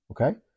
okay